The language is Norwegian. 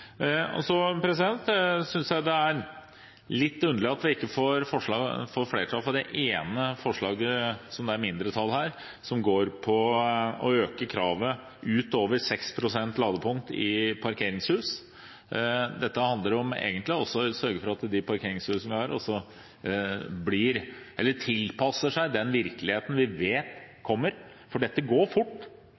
Så synes jeg det er litt underlig at vi ikke får flertall for et av forslagene fra mindretallet her, som går på å øke kravet ut over 6 pst. når det gjelder å tilrettelegge for ladepunkt i parkeringshus. Dette handler om å sørge for at de parkeringshusene vi har, også tilpasser seg den virkeligheten vi vet kommer, for dette går fort.